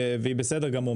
והיא בסדר גמור.